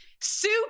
soup